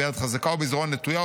וביד חזקה ובזרוע נטויה,